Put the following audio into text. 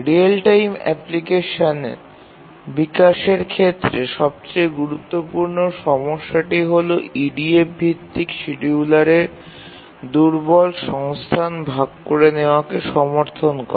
real time application বিকাশের ক্ষেত্রে সবচেয়ে গুরুত্বপূর্ণ সমস্যাটি হল EDF ভিত্তিক শিডিয়ুলারের দুর্বল সংস্থান ভাগ করে নেওয়াকে সমর্থন করা